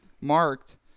marked